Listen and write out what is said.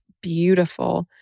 beautiful